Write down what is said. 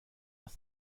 with